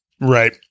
Right